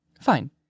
Fine